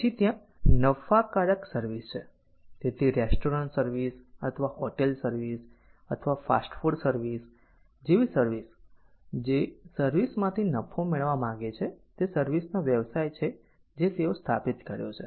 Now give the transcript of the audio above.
પછી ત્યાં નફાકારક સર્વિસ છે તેથી રેસ્ટોરન્ટ સર્વિસ અથવા હોટેલ સર્વિસ અથવા ફાસ્ટ ફૂડ સર્વિસ જેવી સર્વિસ જે સર્વિસ માંથી નફો મેળવવા માંગે છે તે સર્વિસ નો વ્યવસાય છે જે તેઓએ સ્થાપિત કર્યો છે